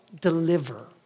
deliver